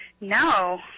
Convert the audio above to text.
No